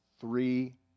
three